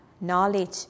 Knowledge